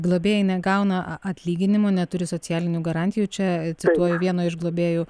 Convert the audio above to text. globėjai negauna atlyginimų neturi socialinių garantijų čia cituoju vieno iš globėjų